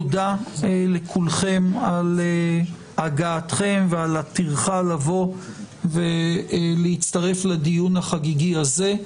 תודה לכולכם על הגעתכם ועל הטרחה לבוא ולהצטרף לדיון החגיגי הזה.